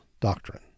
doctrine